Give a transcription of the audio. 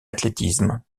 athlétisme